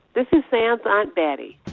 this is sam's aunt betty?